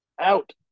out